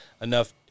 enough